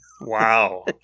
Wow